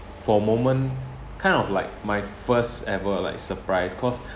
for a moment kind of like my first ever like surprise cause